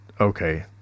okay